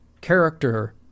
character